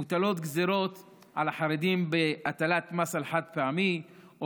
מוטלות גזרות על החרדים בהטלת מס על חד-פעמי או